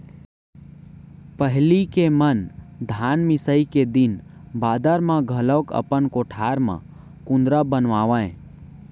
पहिली के मन धान मिसाई के दिन बादर म घलौक अपन कोठार म कुंदरा बनावयँ